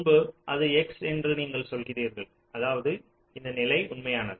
முன்பு அது x என்று நீங்கள் சொல்கிறீர்கள் அதாவது இந்த நிலை உண்மையானது